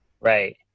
Right